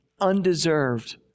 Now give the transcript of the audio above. undeserved